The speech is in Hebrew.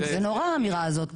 זה נורא האמירה הזאת.